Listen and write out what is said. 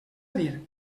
dir